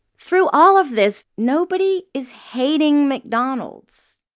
through all of this, nobody is hating mcdonald's.